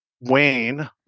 Wayne